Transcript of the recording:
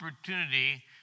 opportunity